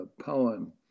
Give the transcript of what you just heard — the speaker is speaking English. poem